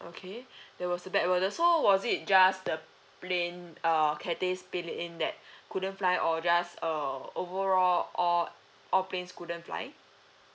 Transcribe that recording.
okay there was a bad weather so was it just the plane uh Cathay Pacific's plane that couldn't fly or just uh all overall all all planes couldn't fly